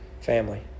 family